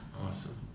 Awesome